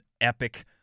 epic